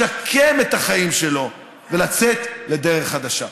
לשקם את החיים שלו ולצאת לדרך חדשה.